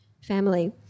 family